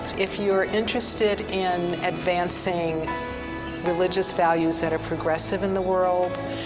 if you're interested in advancing religious values that are progressive in the world,